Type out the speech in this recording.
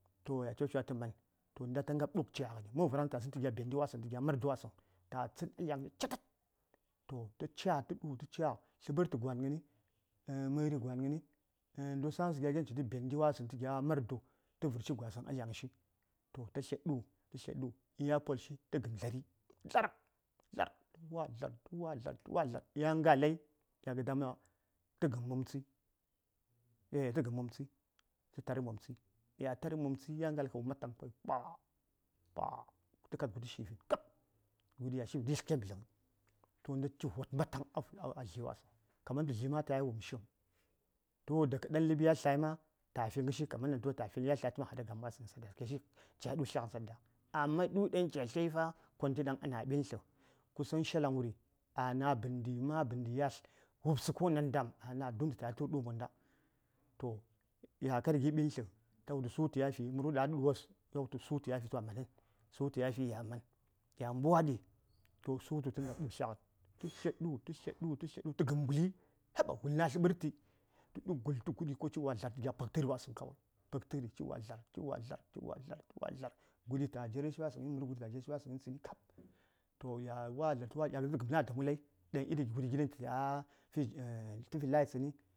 ﻿Toh mən varaŋsə ta tsənni tə gya benɗe wasəŋ tə gya mardu wasəŋ ta tsən tə yali catad toh ta ca:ki du: ta ca: tləɓərtə gwan ghəni məri gwan ghəni ndotsaŋsə gya gon ɗaŋ citə bende wassəŋ tə vərshi gwasəŋ a lyaŋshi toh ta tlya ɗu: tə tlya ɗu: ya polshi tə gham dlari dlar dlar tə wa dlar tə wa dlar ya ngalai ya ga dama tə gəm mumtsəi aehh tə gəm mumtsəi tə tar mumtsəi ya tar mumtsəi ya ngalaŋ kə wum mataŋ kawai pua pua tə kad guɗi tap shi: vin kab guɗi ya shi tə yatl ken ɓədləmi toh nda ci vod mhataŋ a dlyiwasəŋ kaman ɗaŋ kutuŋ dlyi ma ataya wumshi həŋ toh daka ɗan ləb ya tlaima ta fi ghəshi kamamɗaŋ kutuŋ ɗaŋ kutuŋ ta həŋ taman haɗa gam wasəŋyi kaman tushi ciya ɗu: tlyaghən amma ɗuyi ɗan ca tlyayi fa nə konte ɗaŋ ai na: ɓintləkusaŋ shalaŋ a na: bəndəi ma bəndəi yatl wubsə ko nandam don tə taya tu:r ɗu: monda toh ya kar gi: ɓintli toh ta wultu sutu ya fi murghə ɗughən wa:s wos ta wultu sutu yafi a manən kyambwaɗi toh sutu tə ngub ɗu: tlyaghəni tə tlya ɗu: tə tlya ɗu: tə tlya ɗu: tə gəm gulli haba gul na: tləɓərtəi tə ɗu gul to guɗi ci wa dlar tə gya piktəri wasəŋ pəktəri ci wa dlar ci wa dlar ci wa dlar ci wa dlar guɗi ta jerashi wasəŋyi mərə guɗi ta jera shi wasəŋyi tsəni kab toh ya wa dlari tə wa dlar yafi ta tə gəm na: damulai ɗan iri vuḏi gin ɗan tətaya fi tə fi layi tsən